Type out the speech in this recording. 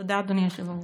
תודה, אדוני היושב-ראש.